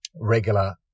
regular